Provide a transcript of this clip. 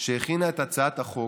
שהכינה את הצעת החוק,